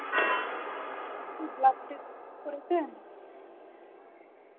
blood test করেছেন